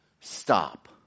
Stop